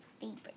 favorite